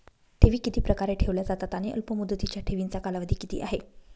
ठेवी किती प्रकारे ठेवल्या जातात आणि अल्पमुदतीच्या ठेवीचा कालावधी किती आहे?